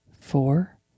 four